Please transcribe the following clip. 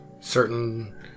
Certain